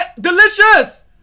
Delicious